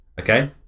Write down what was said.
okay